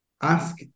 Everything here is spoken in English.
Ask